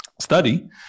study